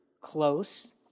close